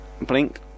Blink